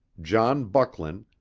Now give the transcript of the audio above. john bucklin,